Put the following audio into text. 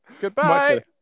Goodbye